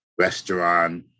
restaurant